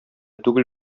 түгел